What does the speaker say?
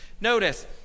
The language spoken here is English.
Notice